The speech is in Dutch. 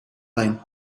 lijn